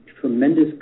tremendous